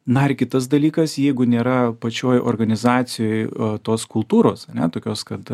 na ar kitas dalykas jeigu nėra pačioj organizacijoj tos kultūros ane tokios kad